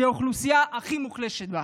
של האוכלוסייה הכי מוחלשת בה.